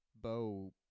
Bo